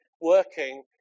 working